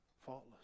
Faultless